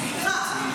סליחה.